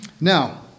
now